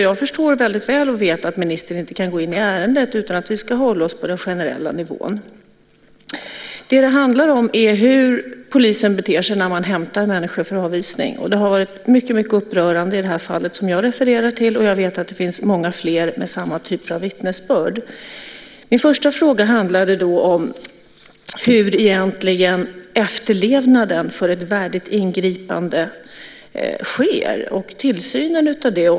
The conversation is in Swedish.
Jag förstår väldigt väl och vet att ministern inte kan gå in i ärendet utan att vi ska hålla oss på den generella nivån. Det som det handlar om är hur polisen beter sig när man hämtar en människa för avvisning. Det har varit mycket upprörande i det fall som jag refererade till, och jag vet att det finns många fler med samma typ av vittnesbörd. Min första fråga handlade om hur efterlevnaden egentligen är av ett värdigt ingripande och tillsynen av det.